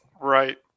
right